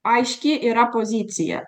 aiški yra pozicija